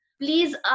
please